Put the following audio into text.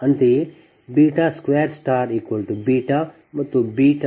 ಅಂತೆಯೇ 2β ಮತ್ತು 31